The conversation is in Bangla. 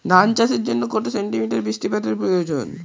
ধান চাষের জন্য কত সেন্টিমিটার বৃষ্টিপাতের প্রয়োজন?